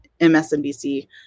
MSNBC